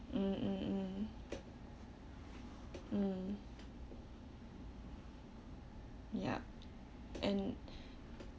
mm mm mm mm ya and